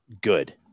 Good